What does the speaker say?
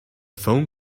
phone